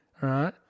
right